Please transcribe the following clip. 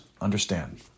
Understand